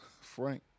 Frank